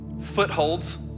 footholds